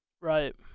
Right